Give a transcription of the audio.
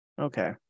okay